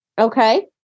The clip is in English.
Okay